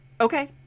okay